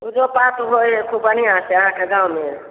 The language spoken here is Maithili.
पुजो पाठ होयत हय खुब बढ़िआँसँ अहाँकेँ गावँमे